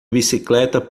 bicicleta